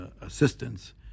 assistance